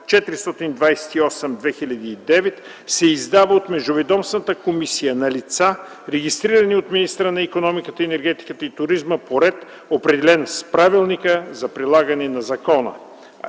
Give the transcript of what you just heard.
428/2009, се издава от Междуведомствената комисия на лица, регистрирани от министъра на икономиката, енергетиката и туризма, по ред, определен с правилника за прилагане на закона.